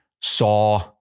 saw